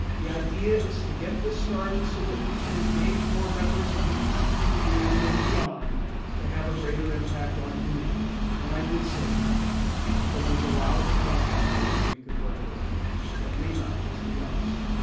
the idea is to get this started so that we can engage more members of the vcu community and beyond to have a greater impact on humanity. and i did say beyond because there is a lot of talent out there that we could work with that may not just be us